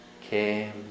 came